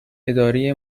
اداره